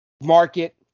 Market